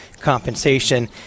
compensation